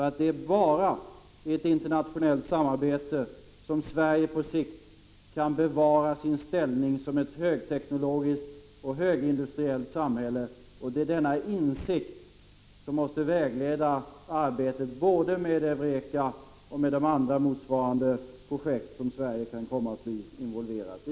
Det är bara i ett internationellt samarbete som Sverige på sikt kan bevara sin ställning som ett högteknologiskt och högindustriellt samhälle. Det är denna insikt som måste vägleda arbetet både med EUREKA och med de andra motsvarande projekt som Sverige kan komma att bli involverat i.